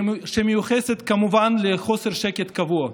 שמיוחסות, כמובן, לחוסר שקט קבוע.